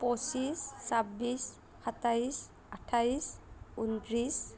পঁচিছ চাব্বিছ সাতাইছ আঠাইছ ঊনত্ৰিছ